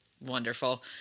wonderful